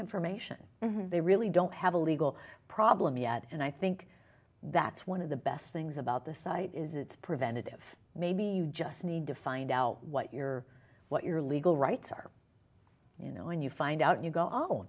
information and they really don't have a legal problem yet and i think that's one of the best things about this site is it's preventative maybe you just need to find out what your what your legal rights are you know when you find out you go o